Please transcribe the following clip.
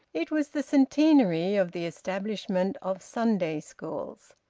it was the centenary of the establishment of sunday schools.